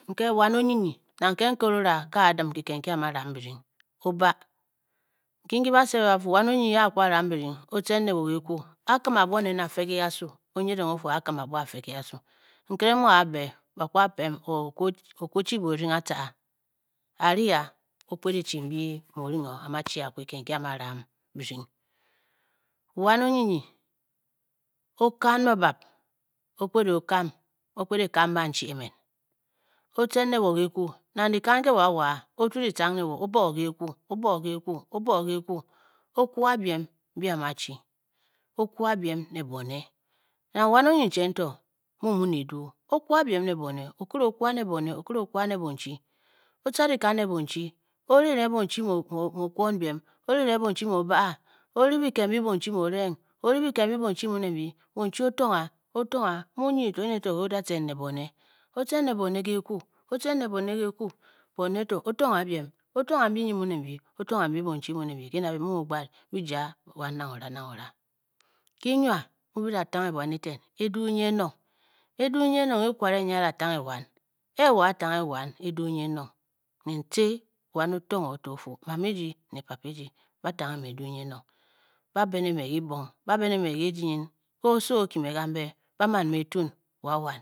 Nke wan onyinyi, nang ke nkere ora nke a-dim kiked nki a mu a ram birdying o ba, nki ki ba-sed o ba fu wan onyinyi a a kwu a ram birdying o- tcen ne wo ke kwu, a-kim abwo a fe ke kasu, o nyiding o fu aa-kim abwo o-fe ke kasu, nkere mu a a-be ba kwu a pem or o ku o-chi i boorying atca, a ri a o kped e chi mbi mu o ring o a mu a chi kiked nki a mu a ram birdying. wan onyinyi o-kan n babap, o-kpet o kam o kped e kam banche emen, o-tcen ne wo ke kyiku, nang dyikan ke amu a-waa ng, o- tuu ditcang ne wo, o ba o kekwu, o ba o kekwu o ba o kekwu o-kwang biem mbi a mu achi o kwa biem ne bone, nang wan onyincheng to mu mu ne edu o-kwa ng biem ne bone, okire o-kwan ng ne bone, okire o kwa ng ne bonchi, o-tca dyikan ne bonchi o-ri ng erenge bonchi mu o kwon biem o-ri kireng bunchi mu o baa, o ri biked mbyi bonchi mu o reng, o ri biked mbyi Bonchi mu ne mbi, bonchi. o-tong ng a, o-tong ng a, mu onyinyi to ene nke o da tcen ne bone, o-tcen n ne bone ke kekwu, o tcen ne bone kekwu, bone to o-tong ng a biem, o-tong ng a mbyi nyi mu ne mbyi, o tongh a mbyi bonchi mu ne mbyi ke na. byi mu mu gbaad byil ja wan nang o ra nang o ra. kyi-nwa mu bi da tanghe bwan eten eduu nyi enong, eduu nyin enong e kware nyi a da tanghe wan, e-e wo a- tanghe wan eduu nyi enong, nentci wan o tong to o-fu, mama eji ne papa eji ba-tanghe mme edu nyi enong, ba-be ne me kibong, ba- be ne ke ejii nyin nki oso o-kye me kambe ba-man eme e-tuun.